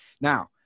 Now